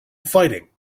fighting